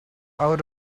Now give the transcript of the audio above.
out